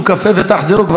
וכבר יסתיים הדיון.